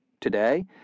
Today